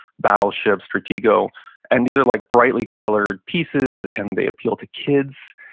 battleships, stratego. and these are like brightly colored pieces and they appeal to kids.